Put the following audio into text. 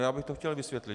Já bych to chtěl vysvětlit.